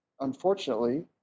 Unfortunately